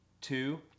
two